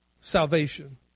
salvation